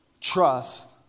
trust